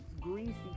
greasy